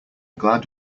glad